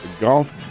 golf